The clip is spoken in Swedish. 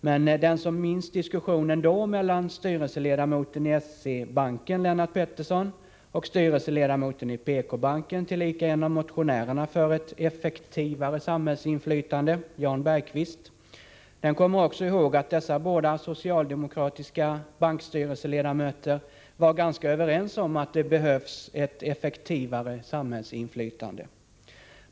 Men den som minns diskussionen då mellan styrelseledamoten i SE-Banken Lennart Pettersson och styrelseledamoten i PK-Banken, tillika en av motionärerna för ett effektivare samhällsinflytande, Jan Bergqvist, den kommer också ihåg att dessa båda socialdemokratiska bankstyrelseledamöter var ganska överens om att det behövs ett effektivare samhällsinflytande.